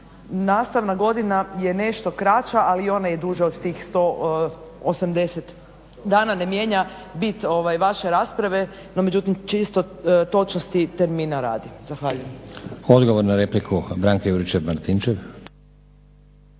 Nastavna godina je nešto kraća ali je ona i duža od tih 180 dana, ne mijenja bit vaše rasprave. No međutim, čisto točnosti termina radi. Zahvaljujem. **Stazić, Nenad (SDP)** Odgovor na repliku, Branka Juričev-Martinčev.